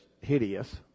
hideous